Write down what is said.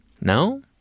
no